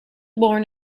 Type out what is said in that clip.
born